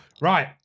Right